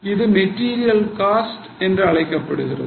இது material cost என்று அறியப்படுகிறது